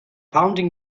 pounding